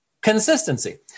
Consistency